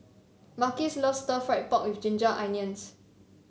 Marquis loves Stir Fried Pork with Ginger Onions